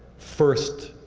first